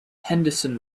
henderson